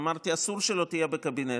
אמרתי: אסור שלא תהיה בקבינט,